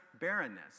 barrenness